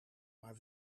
maar